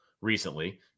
recently